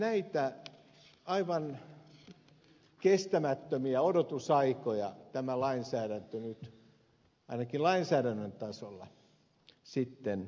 näitä aivan kestämättömiä odotusaikoja tämä lainsäädäntö nyt ainakin lainsäädännön tasolla lyhentää